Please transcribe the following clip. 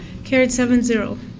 carried seven zero.